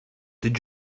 did